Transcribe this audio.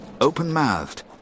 open-mouthed